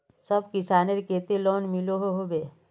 सब किसानेर केते लोन मिलोहो होबे?